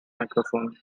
microphone